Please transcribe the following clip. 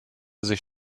sich